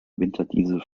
winterdiesel